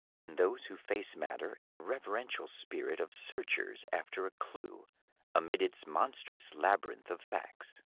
and those who face matter in the reverential spirit of searchers after a clue amid its monstrous labyrinth of facts.